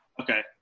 Okay